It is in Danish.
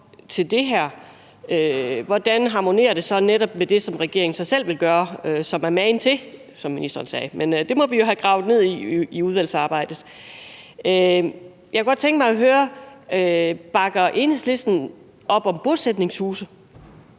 til det her, så netop harmonerer med det, som regeringen så selv vil gøre, som er magen til, som ministeren sagde. Men det må vi jo have gravet ned i i udvalgsarbejdet. Jeg kunne godt tænke mig at høre: Bakker Enhedslisten op om bosætningshuse?